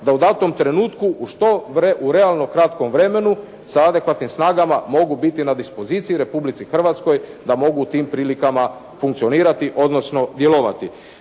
da u datom trenutku u što realno kratkom vremenu sa adekvatnim snagama mogu biti na dispoziciji Republici Hrvatskoj da mogu u tim prilikama funkcionirati, odnosno djelovati.